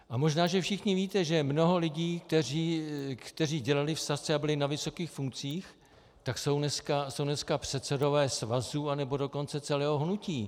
A možná že všichni víte, že mnoho lidí, kteří dělali v Sazce a byli na vysokých funkcích, tak jsou dneska předsedové svazů, anebo dokonce celého hnutí.